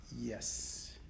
Yes